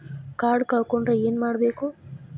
Card ಕಳ್ಕೊಂಡ್ರ ಏನ್ ಮಾಡಬೇಕು?